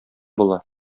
була